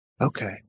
Okay